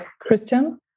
Christian